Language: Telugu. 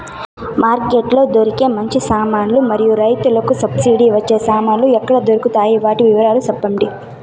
మార్కెట్ లో దొరికే మంచి సామాన్లు మరియు రైతుకు సబ్సిడి వచ్చే సామాన్లు ఎక్కడ దొరుకుతాయి? వాటి వివరాలు సెప్పండి?